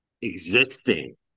existing